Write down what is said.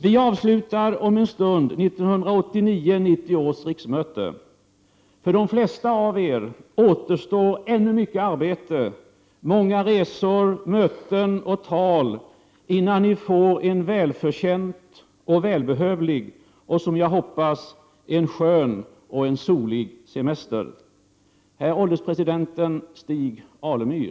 Vi avslutar om en stund 1989/90 års riksmöte. För de flesta av er återstår ännu mycket arbete, många resor, möten och tal innan ni får en välförtjänt och välbehövlig och — som jag hoppas — en skön och en solig semester.